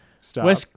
Stop